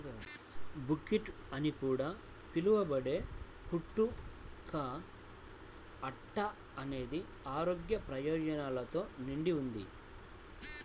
buckwheat అని కూడా పిలవబడే కుట్టు కా అట్ట అనేది ఆరోగ్య ప్రయోజనాలతో నిండి ఉంది